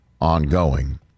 ongoing